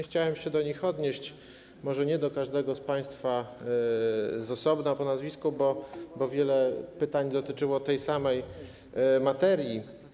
Chciałem się do nich odnieść, choć może nie do każdego z państwa z osobna po nazwisku, bo wiele pytań dotyczyło tej samej materii.